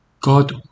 God